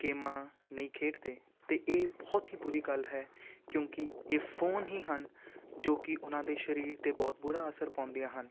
ਗੇਮਾਂ ਨਹੀਂ ਖੇਡਦੇ ਅਤੇ ਇਹ ਬਹੁਤ ਹੀ ਬੁਰੀ ਗੱਲ ਹੈ ਕਿਉਂਕਿ ਇਹ ਫੋਨ ਹੀ ਹਨ ਜੋ ਕਿ ਉਹਨਾਂ ਦੇ ਸਰੀਰ 'ਤੇ ਬਹੁਤ ਬੁਰਾ ਅਸਰ ਪਾਉਂਦੀਆਂ ਹਨ